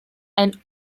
ein